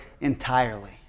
entirely